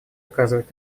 оказывать